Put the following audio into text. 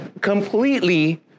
completely